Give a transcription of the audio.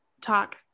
talk